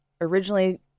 originally